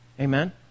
Amen